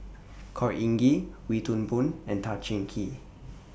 Khor Ean Ghee Wee Toon Boon and Tan Cheng Kee